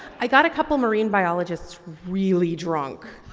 i got a couple of marine biologists really drunk